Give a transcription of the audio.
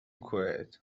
quiet